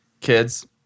Kids